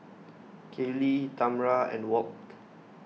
Kaylee Tamra and Walt